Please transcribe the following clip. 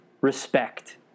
respect